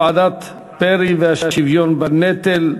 ועדת פרי והשוויון בנטל,